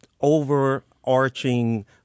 overarching